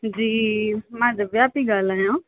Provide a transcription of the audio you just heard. जी मां दिव्या पेई ॻाल्हायां